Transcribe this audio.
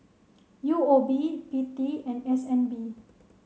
U O B P T and S N B